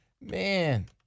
Man